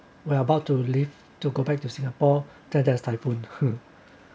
we're about to leave to go back to singapore then there's a typhoon